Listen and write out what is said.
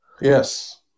Yes